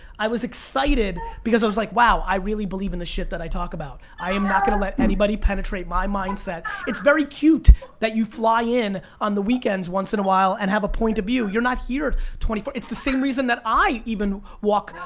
i was excited because i was like wow, i really believe in the shit that i talk about. i am not gonna let anybody penetrate my mindset. it's very cute that you fly in on the weekends once in a while and have a point of view. you're not here twenty four it's the same reason that i even walk,